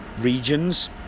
regions